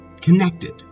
connected